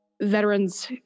veterans